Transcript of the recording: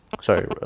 sorry